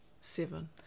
Seven